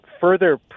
further